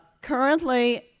Currently